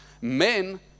Men